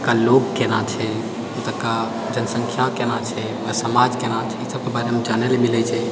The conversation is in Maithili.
ओतुका लोक केना छै ओतुका जनसङ्ख्या केना छै समाज केना ई सबके बारेमे जानै लए मिलै छै